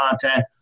content